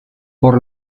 por